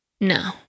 No